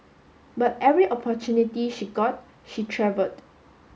but every opportunity she got she travelled